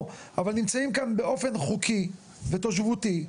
אבל נמצאים כאן באופן חוקי ותושבותי.